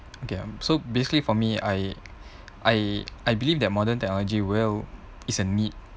okay um so basically for me I I I believe that modern technology will is a need